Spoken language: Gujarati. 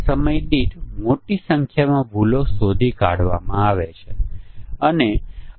તેથી જોડી મુજબની પરીક્ષણ શા માટે કાર્ય કરે છે તેનો મુખ્ય વિચાર એ છે કે દોષ એ થોડા પરિબળો વચ્ચેની ક્રિયા પ્રતિક્રિયાને કારણે થાય છે